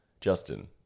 Justin